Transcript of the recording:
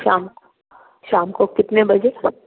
शाम शाम को कितने बजे